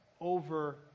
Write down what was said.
over